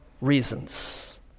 reasons